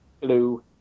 Hello